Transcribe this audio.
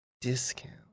Discount